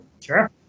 Sure